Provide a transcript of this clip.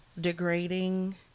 degrading